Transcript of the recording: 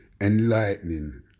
enlightening